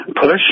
push